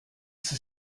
sie